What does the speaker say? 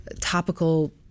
topical